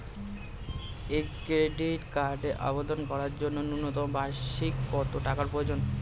Credit কার্ডের আবেদন করার জন্য ন্যূনতম বার্ষিক কত টাকা প্রয়োজন?